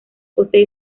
posee